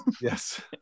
Yes